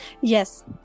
Yes